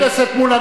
חבר הכנסת מולה,